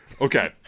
Okay